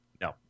No